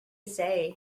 say